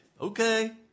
Okay